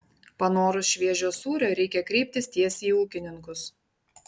panorus šviežio sūrio reikia kreiptis tiesiai į ūkininkus